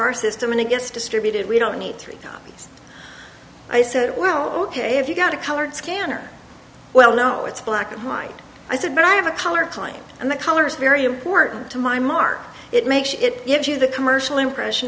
our system and it gets distributed we don't need three copies i said well ok if you've got a colored scanner well no it's black and white i said but i have a color client and the colors are very important to my mark it makes it gives you the commercial impression